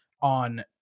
on